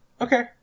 Okay